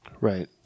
Right